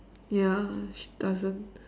ya she doesn't